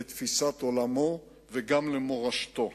לתפיסת עולמו וגם למורשתו.